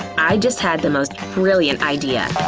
i just had the most brilliant idea.